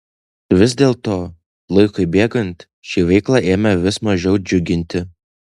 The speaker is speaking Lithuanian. vis dėlto laikui bėgant ši veikla ėmė vis mažiau džiuginti